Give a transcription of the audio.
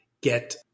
get